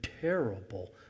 terrible